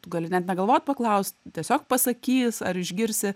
tu gali net negalvot paklaust tiesiog pasakys ar išgirsi